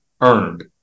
earned